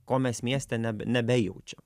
ko mes mieste nebe nebejaučiam